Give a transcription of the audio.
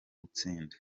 gutsinda